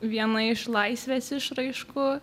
viena iš laisvės išraiškų